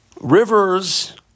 Rivers